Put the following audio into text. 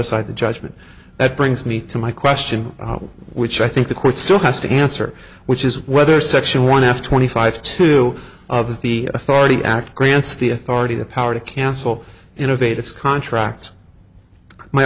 aside the judgment that brings me to my question which i think the court still has to answer which is whether section one f twenty five two of the authority act grants the authority the power to cancel innovate its contract my